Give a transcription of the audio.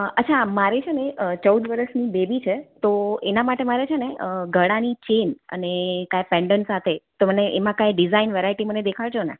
અચ્છા મારી છે ને ચૌદ વરસની બેબી છે તો એના માટે મારે છે ને ગળાની ચેઈન અને કા એ પેન્ડન સાથે તો મને એમાં કંઈ ડિઝાઈન વેરાયટી મને દેખાડજોને